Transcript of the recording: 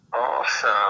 awesome